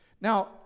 Now